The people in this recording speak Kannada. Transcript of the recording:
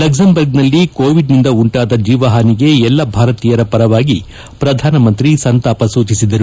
ಲಕ್ಷಂಬರ್ಗ್ನಲ್ಲಿ ಕೋವಿಡ್ನಿಂದ ಉಂಟಾದ ಜೀವಹಾನಿಗೆ ಎಲ್ಲಾ ಭಾರತೀಯರ ಪರವಾಗಿ ಶ್ರಧಾನಮಂತ್ರಿ ಸಂತಾಪ ಸೂಚಿಸಿದರು